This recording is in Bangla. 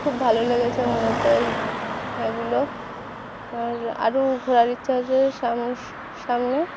খুব ভালো লেগেছে মূলত এই এগুলো আর আরও ঘোরার ইচ্ছা আছে সাম সামনে